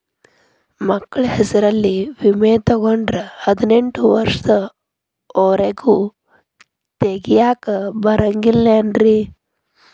ಮಕ್ಕಳ ಹೆಸರಲ್ಲಿ ವಿಮೆ ತೊಗೊಂಡ್ರ ಹದಿನೆಂಟು ವರ್ಷದ ಒರೆಗೂ ತೆಗಿಯಾಕ ಬರಂಗಿಲ್ಲೇನ್ರಿ?